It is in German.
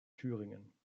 thüringen